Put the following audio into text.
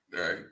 Right